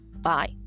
Bye